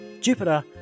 Jupiter